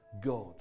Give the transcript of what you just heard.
God